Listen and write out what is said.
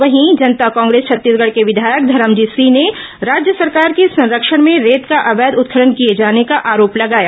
वहीं जनता कांग्रेस छत्तीसगढ़ के विधायक धरमजीत सिंह ने राज्य सरकार के संरक्षण में रेत का अवैध उत्खनन किए जाने का आरोप लगाया